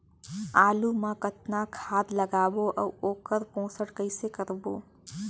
आलू मा कतना खाद लगाबो अउ ओकर पोषण कइसे करबो?